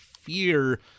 fear